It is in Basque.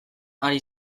ari